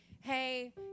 hey